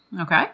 Okay